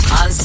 on